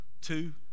two